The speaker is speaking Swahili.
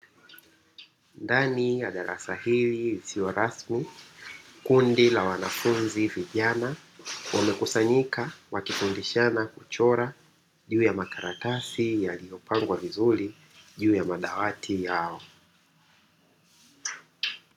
Ndani ya darasa hili lisilo rasmi, kundi la wanafunzi vijana wamekusanyika wakifundishana kuchora juu ya makaratasi yaliyopangwa vizuri juu ya madawati yao.